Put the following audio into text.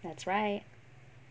that's right